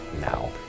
now